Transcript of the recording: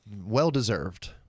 well-deserved